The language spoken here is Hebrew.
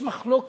יש מחלוקת.